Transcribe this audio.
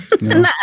No